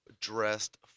dressed